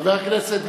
חבר הכנסת גפני,